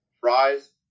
Fries